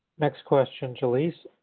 next question, jalyce.